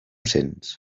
sents